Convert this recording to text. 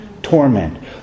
Torment